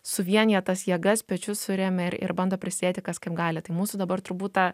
suvienija tas jėgas pečius suremia ir ir bando prisidėti kas kaip gali tai mūsų dabar turbūt ta